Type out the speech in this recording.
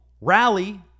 rally